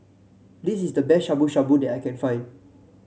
this is the best Shabu Shabu that I can find